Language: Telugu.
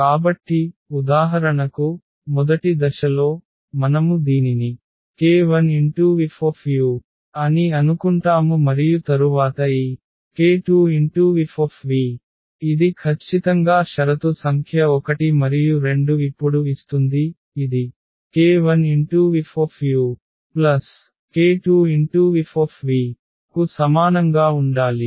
కాబట్టి ఉదాహరణకు మొదటి దశలో మనము దీనిని k1Fu అని అనుకుంటాము మరియు తరువాత ఈ k2Fv ఇది ఖచ్చితంగా షరతు సంఖ్య 1 మరియు 2 ఇప్పుడు ఇస్తుంది ఇది k1Fuk2Fv కు సమానంగా ఉండాలి